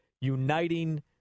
uniting